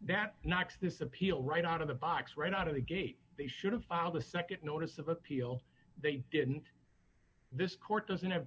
that knocks this appeal right out of the box right out of the gate they should have filed a nd notice of appeal they didn't this court doesn't have